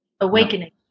awakening